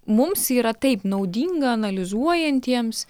mums yra taip naudinga analizuojantiems